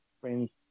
friends